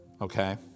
Okay